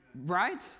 Right